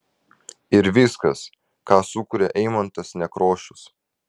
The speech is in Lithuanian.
ir viskas ką sukuria eimuntas nekrošius